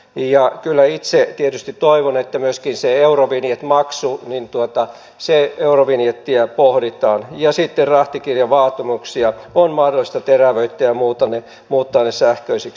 ja kyllä itse tietysti toivon että myöskin sitä eurovinjettiä pohditaan ja rahtikirjavaatimuksia on mahdollista terävöittää ja muuttaa ne sähköisiksi